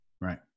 Right